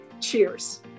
Cheers